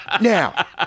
Now